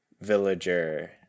villager